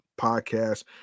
Podcast